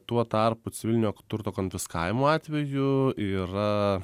tuo tarpu civilinio turto konfiskavimo atvejų yra